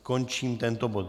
Končím tento bod.